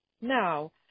Now